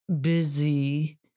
busy